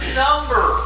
number